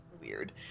weird